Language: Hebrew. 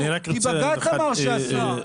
כי בג"צ אמר שאסור.